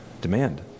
demand